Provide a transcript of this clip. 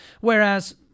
Whereas